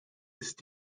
ist